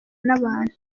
n’abantu